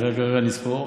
רגע, נספור,